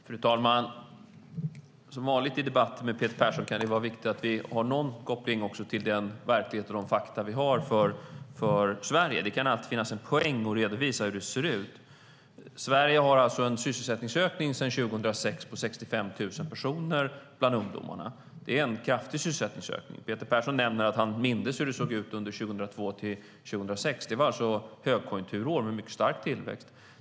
Fru talman! Som vanligt i debatter med Peter Persson kan det vara viktigt att påpeka att vi behöver ha en koppling till den verklighet och de fakta som gäller för Sverige. Det finns alltid en poäng med att redovisa hur det ser ut. Sverige har sedan 2006 haft en sysselsättningsökning bland ungdomarna på 65 000 personer. Det är en kraftig sysselsättningsökning. Peter Persson säger att han minns hur det såg ut 2002-2006. Det var högkonjunkturår med mycket stark tillväxt.